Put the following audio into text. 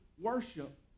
worship